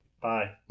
Bye